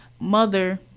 mother